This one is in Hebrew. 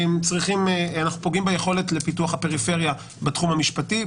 אנחנו פוגעים ביכולת לפיתוח הפריפריה בתחום המשפטי.